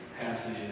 passage